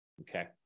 okay